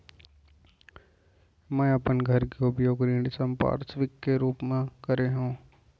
मै अपन घर के उपयोग ऋण संपार्श्विक के रूप मा करे हव